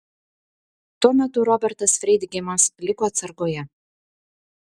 tuo metu robertas freidgeimas liko atsargoje